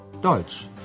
Deutsch